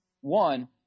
One